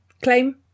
claim